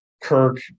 Kirk